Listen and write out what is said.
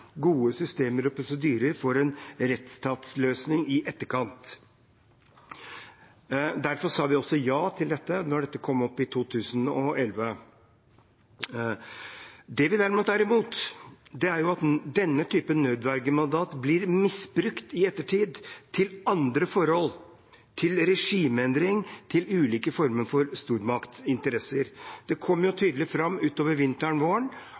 gode systemer og prosedyrer for en rettsstatsløsning i etterkant. Derfor sa vi ja til dette da det kom opp i 2011. Det vi derimot er imot, er at denne typen nødvergemandat i ettertid blir misbrukt til andre forhold, til regimeendring, til ulike former for stormaktsinteresser. Det kom tydelig fram utover